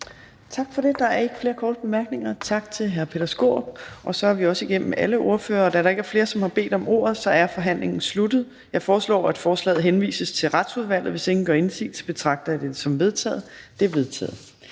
Tak for det. Der er ikke flere korte bemærkninger. Tak til hr. Peter Skaarup, og så er vi igennem alle ordførere. Da der ikke er flere, der har bedt om ordet, er forhandlingen sluttet. Jeg foreslår, at forslaget henvises til Retsudvalget. Hvis ingen gør indsigelse, betragter jeg dette som vedtaget. Det er vedtaget.